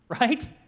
right